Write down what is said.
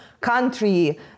country